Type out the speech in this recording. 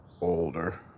older